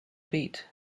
pete